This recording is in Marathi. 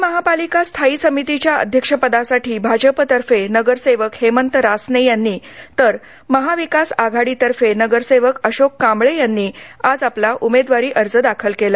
पुणे महापालिका स्थायी समितीच्या अध्यक्ष पदासाठी भाजपतर्फे नगरसेवक हेमंत रासने यांनी तर महाविकास आघाडीतर्फे नगरसेवक अशोक कांबळे यांनी आज आपला उमेदवारी अर्ज दाखल केला